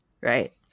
right